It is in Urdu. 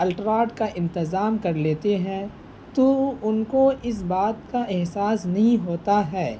الٹراٹ کا انتظام کر لیتے ہیں تو ان کو اس بات کا احساس نہیں ہوتا ہے